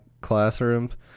classrooms